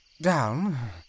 down